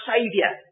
Saviour